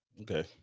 Okay